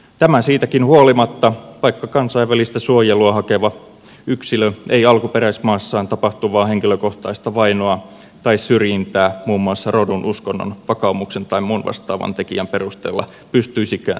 tämä siitäkin huolimatta että kansainvälistä suojelua hakeva yksilö ei alkuperäismaassaan tapahtuvaa henkilökohtaista vainoa tai syrjintää muun muassa rodun uskonnon vakaumuksen tai muun vastaavan tekijän perusteella pystyisikään turvapaikkakuulemisissa osoittamaan